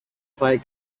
φάει